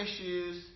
issues